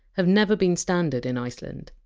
have never been standard in iceland.